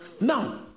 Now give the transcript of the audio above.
Now